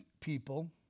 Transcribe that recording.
people